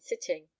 sitting